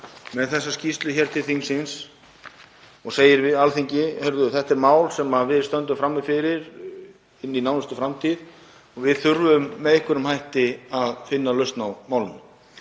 með þessa skýrslu til þingsins og segir við Alþingi: Heyrðu, þetta er mál sem við stöndum frammi fyrir inn í nánustu framtíð og við þurfum með einhverjum hætti að finna lausn á málinu.